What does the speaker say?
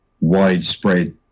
widespread